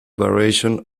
variation